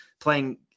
playing